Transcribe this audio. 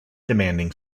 demanding